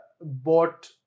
bought